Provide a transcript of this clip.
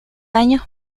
años